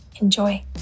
Enjoy